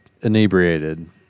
inebriated